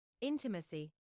Intimacy